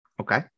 Okay